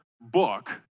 book